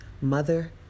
mother